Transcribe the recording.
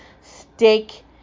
steak